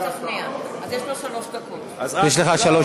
יש לך שלוש דקות, בבקשה.